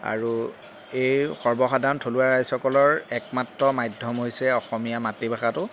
আৰু এই সৰ্বসাধাৰণ থলুৱা ৰাইজসকলৰ একমাত্ৰ মাধ্যম হৈছে অসমীয়া মাতৃভাষাটো